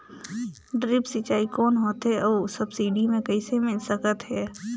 Drip सिंचाई कौन होथे अउ सब्सिडी मे कइसे मिल सकत हे?